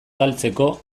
galtzeko